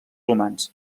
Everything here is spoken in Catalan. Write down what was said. humans